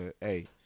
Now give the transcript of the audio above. hey